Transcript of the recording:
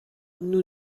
nous